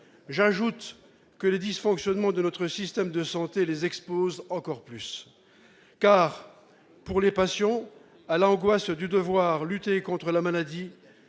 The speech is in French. J'ajoute que les dysfonctionnements de notre système de santé les exposent encore plus, car, pour les patients, à l'angoisse de devoir lutter contre la maladie